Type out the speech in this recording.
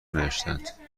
نوشتهاند